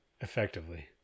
effectively